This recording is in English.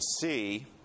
see